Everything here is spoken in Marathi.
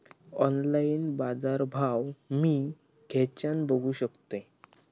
ऑनलाइन बाजारभाव मी खेच्यान बघू शकतय?